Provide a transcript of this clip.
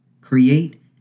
Create